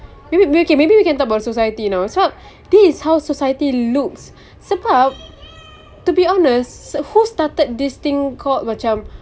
maybe okay maybe we can talk about society you know sebab this is how society looks sebab to be honest who started this thing called macam